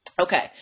okay